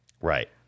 Right